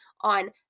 on